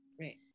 Right